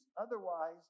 Otherwise